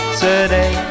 today